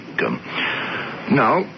Now